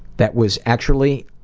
that was actually